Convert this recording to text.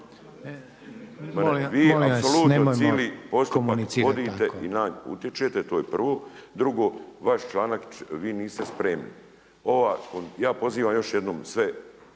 Vi apsolutno cijeli postupak vodite i na nas utječe, to je prvo, drugo vaš članak, vi niste spremni. Ja pozivam još jednom, sve